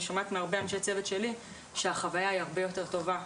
אני שומעת מהרבה אנשי צוות שלי שהחוויה היא הרבה יותר טובה,